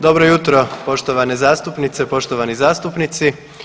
Dobro jutro, poštovane zastupnice, poštovani zastupnici.